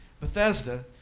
Bethesda